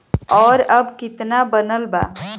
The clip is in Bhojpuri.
और अब कितना बनल बा?